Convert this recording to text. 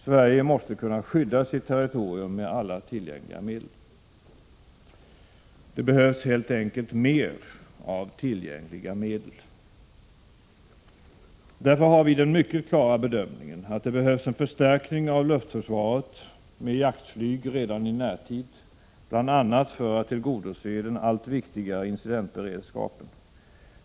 Sverige måste kunna skydda sitt territorium med alla tillgängliga medel. Det behövs helt enkelt mer av tillgängliga medel. Därför gör vi den mycket klara bedömningen att det behövs en förstärkning av luftförsvaret med jaktflyg redan i närtid, bl.a. för att tillgodose den allt viktigare incidentberedskapen.